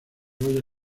royal